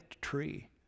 tree